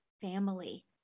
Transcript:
family